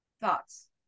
thoughts